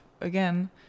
again